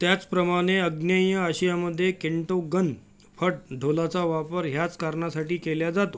त्याचप्रमाणे आग्नेय आशियामध्ये केंटोगन फट ढोलाचा वापर ह्याच कारणासाठी केला जातो